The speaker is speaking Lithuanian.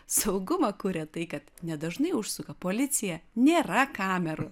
saugumą kuria tai kad nedažnai užsuka policija nėra kamerų